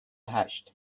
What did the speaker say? هشت